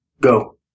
go